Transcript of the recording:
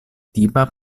tipa